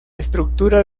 estructura